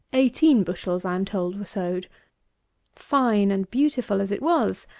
eighteen bushels, i am told, were sowed fine and beautiful as it was,